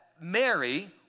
Mary